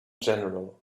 general